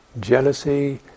jealousy